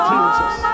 Jesus